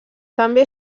també